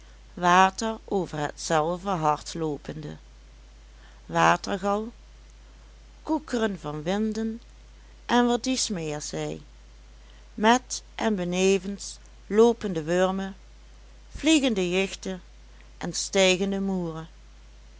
water over hetzelve hart loopende watergal koekeren van winden en wat dies meer zij met en benevens loopende wurmen vliegende jichten en stijgende moeren